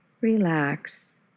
relax